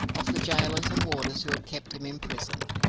of the gaolers and warders who had kept him in prison,